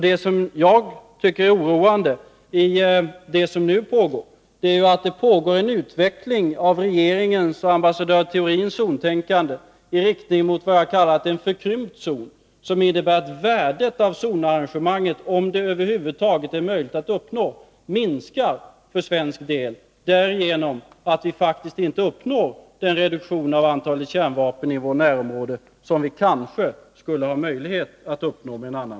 Det jag tycker är oroande är att det nu pågår en utveckling av regeringens och ambassadör Theorins zontänkande i riktning mot en, som Nr 31 jag har kallat det, förkrympt zon, som innebär att värdet av zonarrange Måndagen den manget — om det över huvud taget är möjligt att uppnå — minskar för svensk 22 november 1982 del, därigenom att vi faktiskt inte uppnår den reduktion av antalet kärnvapen i vårt närområde som vi kanske skulle ha möjlighet att uppnå med en annan